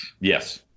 Yes